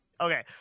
Okay